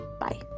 bye